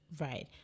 right